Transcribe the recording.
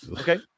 okay